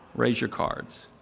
raise your cards.